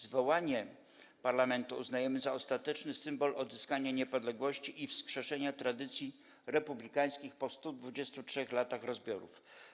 Zwołanie parlamentu uznajemy za ostateczny symbol odzyskania niepodległości i wskrzeszenia tradycji republikańskich po 123 latach rozbiorów.